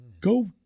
Go